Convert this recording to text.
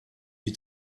est